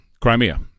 crimea